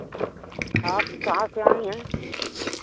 आप कहाँ से आई हैं